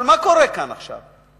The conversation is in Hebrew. אבל מה קורה כאן עכשיו?